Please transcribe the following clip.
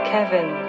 Kevin